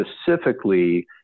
specifically